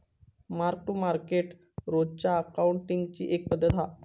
mark to market रोजच्या अकाउंटींगची एक पद्धत हा